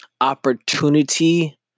opportunity